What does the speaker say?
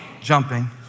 Jumping